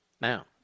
Now